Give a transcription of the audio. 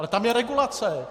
Ale tam je regulace!